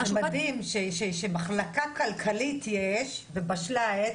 זה מדהים שיש מחלקה כלכלית, ובשלה העת.